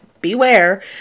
beware